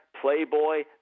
playboy